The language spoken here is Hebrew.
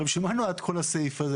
הרי בשביל מה נועד כל הסעיף הזה?